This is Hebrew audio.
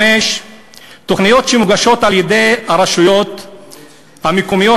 5. תוכניות שמוגשות על-ידי הרשויות המקומיות